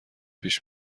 پیش